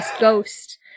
ghost